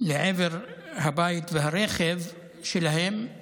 לעבר הבית והרכב שלהם, היא